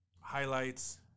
highlights